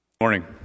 Morning